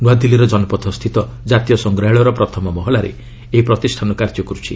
ନୂଆଦିଲ୍ଲୀର ଜନପଥ ସ୍ଥିତ ଜାତୀୟ ସଂଗ୍ରହାଳୟର ପ୍ରଥମ ମହଲାରେ ଏହି ପ୍ରତିଷ୍ଠାନ କାର୍ଯ୍ୟ କରୁଛି